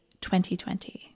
2020